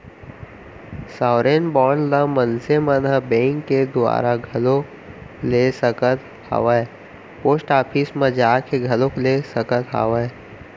sovereign bond ल मनसे मन ह बेंक के दुवारा घलोक ले सकत हावय पोस्ट ऑफिस म जाके घलोक ले सकत हावय